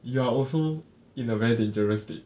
you are also in a very dangerous state